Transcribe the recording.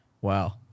Wow